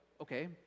okay